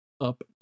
up